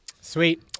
Sweet